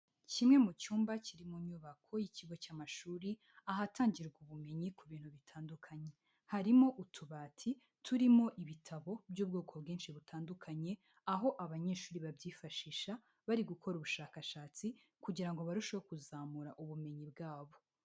Kimwe mu cyumba kiri mu nyubako y'ikigo cy'amashuri ahatangirwa ubumenyi ku bintu bitandukanye, harimo utubati turimo ibitabo by'ubwoko bwinshi butandukanye aho abanyeshuri babyifashisha bari gukora ubushakashatsi, kugira ngo barusheho kuzamura ubumenyi bwabo.